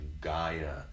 Gaia